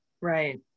Right